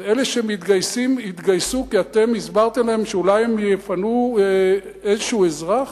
אז אלה שמתגייסים התגייסו כי אתם הסברתם להם שאולי הם יפנו איזה אזרח?